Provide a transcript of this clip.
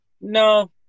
No